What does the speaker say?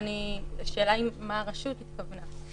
השאלה היא מה הרשות התכוונה.